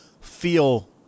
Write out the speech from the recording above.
feel